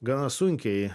gana sunkiai